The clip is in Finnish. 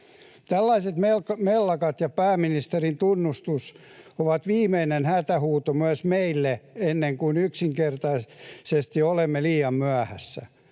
Tällaiset mellakat ja pääministerin tunnustus ovat viimeinen hätähuuto myös meille, ennen kuin yksinkertaisesti olemme liian myöhässä.